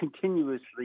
continuously